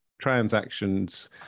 transactions